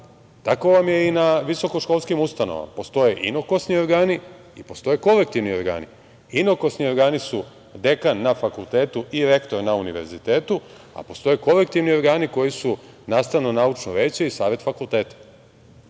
Tako vam je i na visoko školskim ustanovama, postoje inokosni organi i postoje kolektivni organi. Inokosni organi su dekan na fakultetu i rektor na univerzitetu, a postoje kolektivni organi koji su nastavno-naučno veće i Savet fakulteta